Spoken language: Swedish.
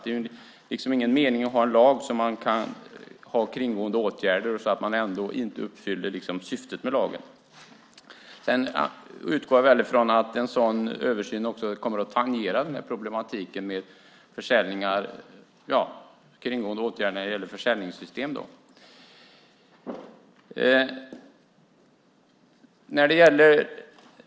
Det är liksom ingen mening att ha en lag som det går att vidta åtgärder för att kringgå. Då uppfyller man ändå inte syftet med lagen. Jag utgår från att man i översynen kommer att tangera problematiken med kringgåendet i samband med försäljning.